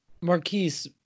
Marquise